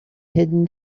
hidden